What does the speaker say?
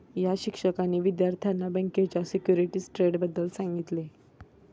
या शिक्षकांनी विद्यार्थ्यांना बँकेच्या सिक्युरिटीज ट्रेडबद्दल सांगितले